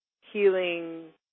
healing